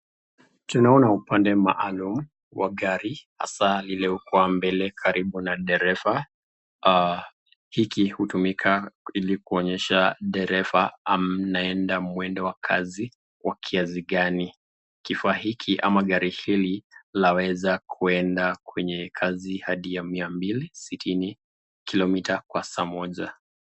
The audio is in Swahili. Tunaona upande maalum wa gari hasa lile kwa mbele karibu na dereva. Hiki hutumika ili kuonyesha dereva anaenda mwendo wa kasi wa kiasi gani. Kifaa hiki ama gari hili laweza kuenda kwenye kasi hadi ya 260 kilomita kwa saa moja.